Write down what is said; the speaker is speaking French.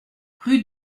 rue